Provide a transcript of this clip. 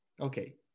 okay